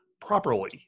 properly